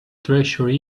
treasure